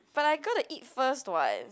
but I'm gonna eat first [what]